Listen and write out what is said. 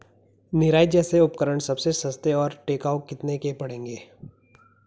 निराई जैसे उपकरण सबसे सस्ते और टिकाऊ कितने के पड़ेंगे?